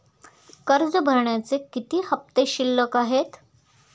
कर्ज भरण्याचे किती हफ्ते शिल्लक आहेत?